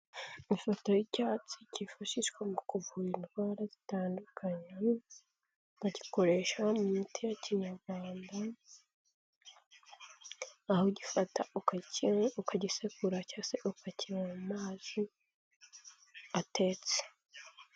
Ifoto y'icyatsi kifashishwa mu kuvura indwara zitandukanye bagikoresha mu miti ya kinyarwanda aho ugifata ukacyinywa, ukagisekura cyose se ukakiywa mu mazi atetse.